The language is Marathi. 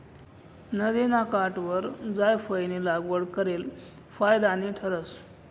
नदिना काठवर जायफयनी लागवड करेल फायदानी ठरस